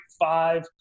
five